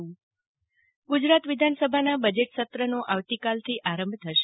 જાગતિ વકીલ ગુજરાત વિધાનસભાના બજેટસત્રનો આવતીકાલથી આરંભ થશે